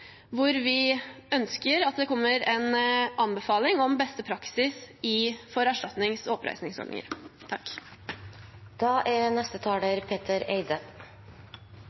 at det kommer en anbefaling om beste praksis for erstatnings- og oppreisningsordninger. SV og undertegnede er